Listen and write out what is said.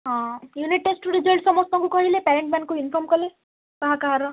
ହଁ ୟୁନିଟ୍ ଟେଷ୍ଟ୍ର ରେଜଲ୍ଟ ସମସ୍ତଙ୍କୁ କହିଲେ ପ୍ୟାରେଣ୍ଟ ମାନଙ୍କୁ ଇନ୍ଫର୍ମ୍ କଲେ କାହା କାହାର